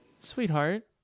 Sweetheart